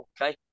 okay